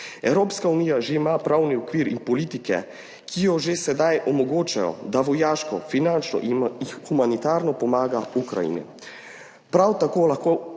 Evropska unija že ima pravni okvir in politiko, ki ji že sedaj omogočajo, da vojaško, finančno in humanitarno pomaga Ukrajini. Prav tako lahko